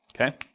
Okay